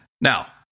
Now